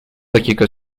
dakika